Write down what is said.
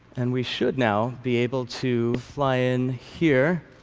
and we should, now, be able to fly in here